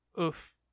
Oof